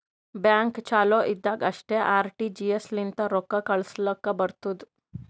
bank ಚಾಲು ಇದ್ದಾಗ್ ಅಷ್ಟೇ ಆರ್.ಟಿ.ಜಿ.ಎಸ್ ಲಿಂತ ರೊಕ್ಕಾ ಕಳುಸ್ಲಾಕ್ ಬರ್ತುದ್